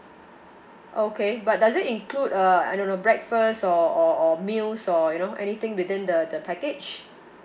okay but does it include uh I don't know breakfast or or or meals or you know anything within the the package